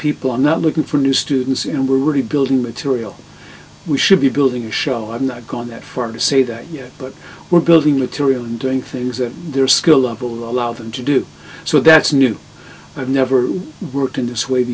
people i'm not looking for new students and we're really building material we should be building a show i've not gone that far to say that yet but we're building material and doing things that their skill level will allow them to do so that's new i've never worked in